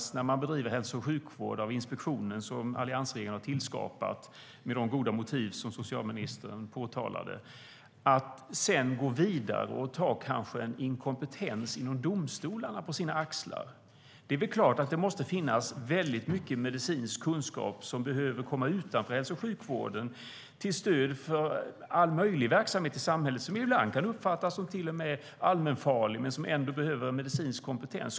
När den gruppen bedriver hälso och sjukvård finns det tillsyn över den genom den inspektion som alliansregeringen har skapat, med de goda motiv som socialministern påtalade. Det är klart att det till stöd för all möjlig verksamhet i samhället behövs mycket medicinsk kunskap utanför hälso och sjukvården. Det kan gälla verksamhet som ibland till och med kan uppfattas som allmänfarlig men som ändå behöver medicinsk kompetens.